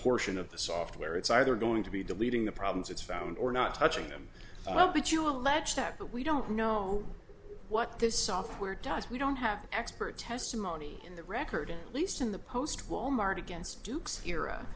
portion of the software it's either going to be deleting the problems it's found or not touching them well but you allege that but we don't know what this software does we don't have expert testimony in the record at least in the post wal mart against duke's era